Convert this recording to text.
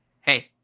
Hey